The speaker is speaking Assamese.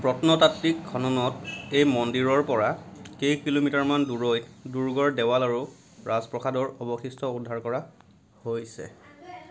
প্ৰত্নতাত্ত্বিক খননত এই মন্দিৰৰ পৰা কেইকিলোমিটাৰমান দূৰৈত দুৰ্গৰ দেৱাল আৰু ৰাজপ্ৰসাদৰ অৱশিষ্ট উদ্ধাৰ কৰা হৈছে